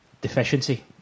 deficiency